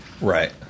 Right